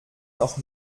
noch